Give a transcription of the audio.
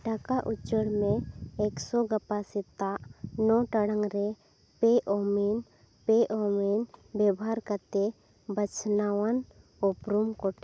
ᱴᱟᱠᱟ ᱩᱪᱟᱹᱲᱢᱮ ᱮᱠᱥᱚ ᱜᱟᱯᱟ ᱥᱮᱛᱟᱜ ᱱᱚ ᱴᱟᱲᱟᱝᱨᱮ ᱯᱮ ᱳᱢᱤᱱ ᱯᱮ ᱳᱢᱤᱱ ᱵᱮᱵᱷᱟᱨ ᱠᱟᱛᱮ ᱵᱟᱪᱷᱱᱟᱣᱟᱱ ᱩᱯᱨᱩᱢ ᱠᱚ ᱴᱷᱮᱱ